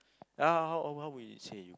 ah how how how would you say you